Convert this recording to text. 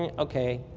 and okay,